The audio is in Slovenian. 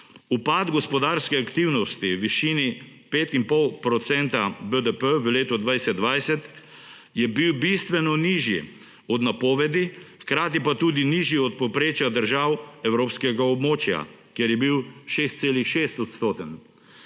Upad gospodarske aktivnosti v višini 5,5 % BDP v letu 2020 je bil bistveno nižji od napovedi, hkrati pa tudi nižji od povprečja držav evropskega območja, kjer je bil